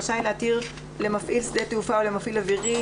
רשאי להתיר למפעיל שדה תעופה או למפעיל אווירי,